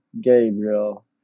Gabriel